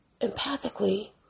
empathically